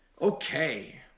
Okay